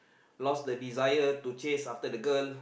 lost the desire to chase after the girl